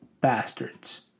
bastards